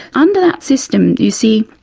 under that system, you see,